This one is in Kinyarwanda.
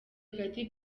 katy